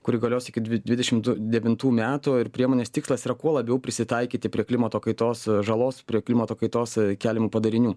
kuri galios iki dvi dvidešimtų devintų metų ir priemonės tikslas yra kuo labiau prisitaikyti prie klimato kaitos žalos prie klimato kaitos keliamų padarinių